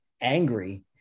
angry